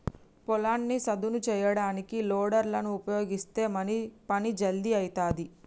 పొలాన్ని సదును చేయడానికి లోడర్ లను ఉపయీగిస్తే పని జల్దీ అయితది